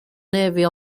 navy